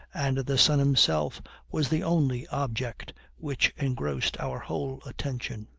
and the sun himself was the only object which engrossed our whole attention.